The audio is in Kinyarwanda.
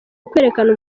ukwerekana